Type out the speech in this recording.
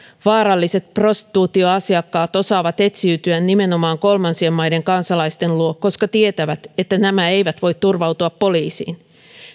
vaaralliset prostituutioasiakkaat osaavat etsiytyä nimenomaan kolmansien maiden kansalaisten luo koska tietävät että nämä eivät voi turvautua poliisiin